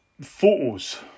Photos